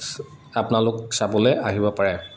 আপোনালোক চাবলে আহিব পাৰে